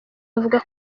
bavuga